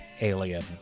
Alien